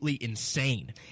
insane